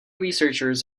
researchers